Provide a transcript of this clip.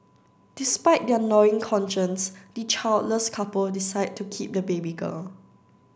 despite their gnawing conscience the childless couple decide to keep the baby girl